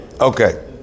Okay